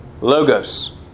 Logos